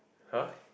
!huh!